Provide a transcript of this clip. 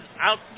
out